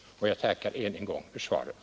Jag tackar än en gång för svaret.